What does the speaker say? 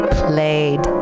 played